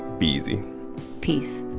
be easy peace